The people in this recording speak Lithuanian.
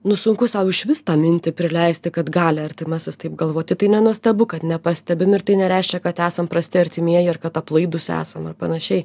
nu sunkus sau išvis tą mintį prileisti kad gali artimasis taip galvoti tai nenuostabu kad nepastebim ir tai nereiškia kad esam prasti artimieji ar kad aplaidūs esam ar panašiai